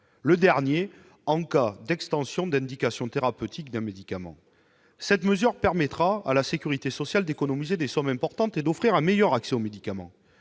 ; en cas d'extension d'indication thérapeutique d'un médicament. Adopter cette mesure permettrait à la sécurité sociale d'économiser des sommes importantes et d'offrir un meilleur accès aux médicaments.